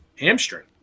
Hamstring